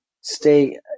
stay